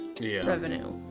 revenue